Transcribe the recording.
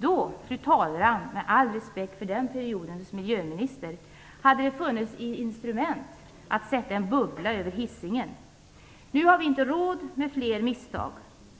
Då, fru talman, med all respekt för den periodens miljöminister, hade det funnits ett instrument, dvs. att sätta en "bubbla" över Nu har vi inte råd med fler misstag.